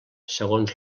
segons